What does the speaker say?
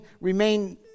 remain